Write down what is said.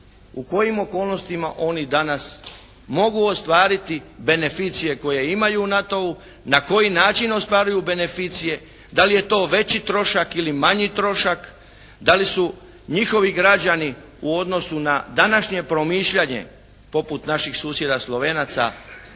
u kojim okolnostima oni danas mogu ostvariti beneficije koje imaju u NATO-u, na koji način ostvaruju beneficije. Da li je to veći trošak ili manji trošak, da li su njihovi građani u odnosu na današnje promišljanje poput naših susjeda Slovenaca